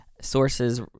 sources